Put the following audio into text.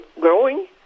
growing